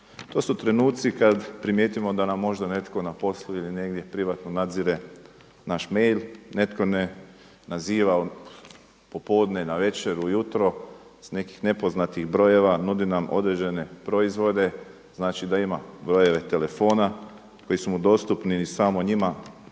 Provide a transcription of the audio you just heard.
To su trenuci kad primijetimo da nam možda netko na poslu ili negdje privatno nadzire naš mail, netko naziva popodne, navečer, ujutro, s nekih nepoznatih brojeva, nudi nam određene proizvode, znači da ima brojeve telefona koji su mu dostupni iz samo njima